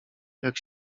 jak